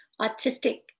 autistic